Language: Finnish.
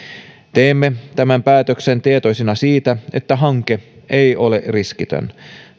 teemme tämän päätöksen tietoisina siitä että hanke ei ole riskitön